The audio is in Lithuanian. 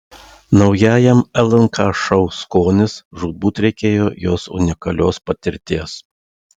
naujajam lnk šou skonis žūtbūt reikėjo jos unikalios patirties